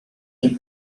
and